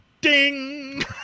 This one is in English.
ding